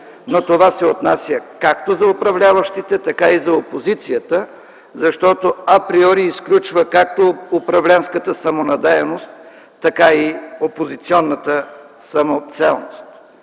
Но това се отнася както за управляващите, така и за опозицията, защото априори изключва както управленската самонадеяност, така и опозиционната самоцелност.